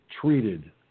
treated